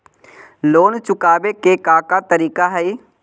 Loan चुकावे के का का तरीका हई?